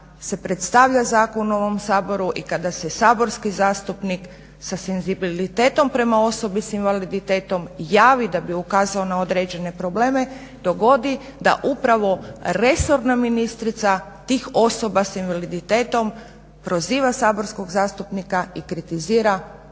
se predstavlja zakon u ovom Saboru i kada se saborski zastupnik sa senzibilitetom prema osobi s invaliditetom javi da bi ukazao na određene probleme dogodi da upravo resorna ministrica tih osoba s invaliditetom proziva saborskog zastupnika i kritizira